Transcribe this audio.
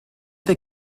they